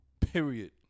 Period